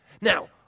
Now